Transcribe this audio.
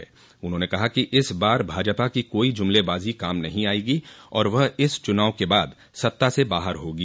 मायावती ने कहा कि इस बार भाजपा की कोई जूमलेबाजी काम नहीं आयेगी और वह इस चुनाव के बाद सत्ता से बाहर होगी